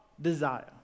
desire